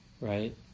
right